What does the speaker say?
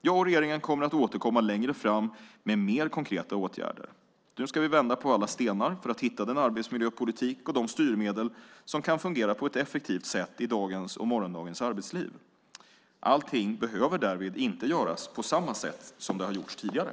Jag och regeringen kommer att återkomma längre fram med mer konkreta åtgärder. Nu ska vi vända på alla stenar för att hitta den arbetsmiljöpolitik och de styrmedel som kan fungera på ett effektivt sätt i dagens och morgondagens arbetsliv. Allting behöver därvid inte göras på samma sätt som det har gjorts tidigare.